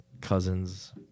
cousins